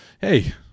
hey